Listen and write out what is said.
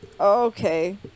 Okay